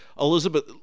Elizabeth